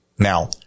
Now